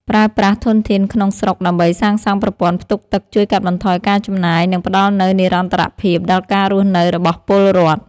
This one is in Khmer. ប្រើប្រាស់ធនធានក្នុងស្រុកដើម្បីសាងសង់ប្រព័ន្ធផ្ទុកទឹកជួយកាត់បន្ថយការចំណាយ និងផ្តល់នូវនិរន្តរភាពដល់ការរស់នៅរបស់ពលរដ្ឋ។